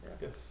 yes